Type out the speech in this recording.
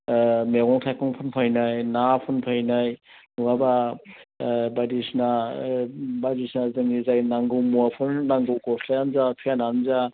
मैगं थाइगं फानफैनाय ना फानफैनाय नङाबा बायदिसिना बायदिसिना जोंनि जाय नांगौ मुवाफोर नांगौ गस्लायानो जा पेन्टआनो जा